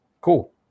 Cool